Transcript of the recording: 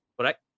Correct